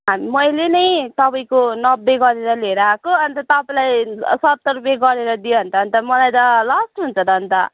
हा मैले नै तपाईँको नब्बे गरेर लिएर आएको अन्त तपाईँलाई सत्तर रुपियाँ गरेर दियो भने त मलाई त लस्ट हुन्छ त अन्त